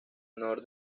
honor